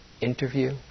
interview